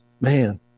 Man